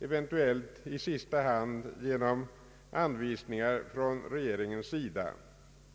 eventuellt i sista hand genom anvisningar från regeringens sida.